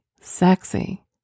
sexy